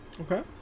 Okay